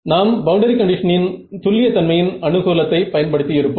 நாம் பவுண்டரி கண்டிஷனின் துல்லிய தன்மையின் அனுகூலத்தை பயன்படுத்தியிருப்போம்